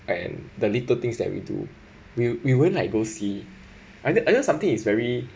and the little things that we do we we won't like go see I know I know something is very